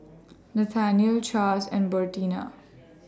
Nathanael Chaz and Bertina